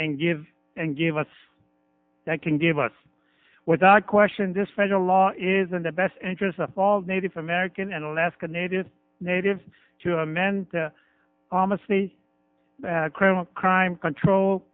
and give and give us that can give us without question this federal law isn't the best interest of all native american and alaska native natives to amend almost a criminal crime control